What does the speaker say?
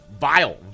Vile